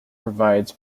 provides